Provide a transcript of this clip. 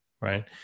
right